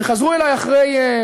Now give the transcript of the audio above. וחזרו אלי אחרי,